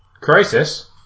crisis